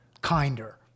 kinder